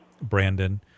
Brandon